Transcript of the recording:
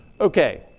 Okay